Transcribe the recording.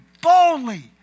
boldly